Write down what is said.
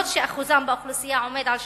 אף-על-פי שהאחוז שלהם באוכלוסייה עומד על 35%,